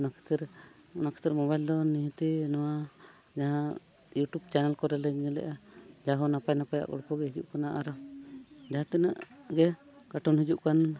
ᱚᱱᱟ ᱠᱷᱟᱹᱛᱤᱨ ᱚᱱᱟ ᱠᱷᱟᱹᱛᱤᱨ ᱫᱚ ᱱᱤᱦᱟᱹᱛ ᱱᱚᱣᱟ ᱡᱟᱦᱟᱸ ᱠᱚᱨᱮ ᱞᱮ ᱧᱮᱞᱮᱫᱼᱟ ᱡᱟᱦᱟᱸ ᱱᱟᱯᱟᱭᱼᱱᱟᱯᱟᱭᱟᱜ ᱜᱚᱞᱯᱚ ᱜᱮ ᱦᱤᱡᱩᱜ ᱠᱟᱱᱟ ᱟᱨ ᱡᱟᱦᱟᱸ ᱛᱤᱱᱟᱹᱜ ᱜᱮ ᱦᱤᱡᱩᱜ ᱠᱟᱱ